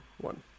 one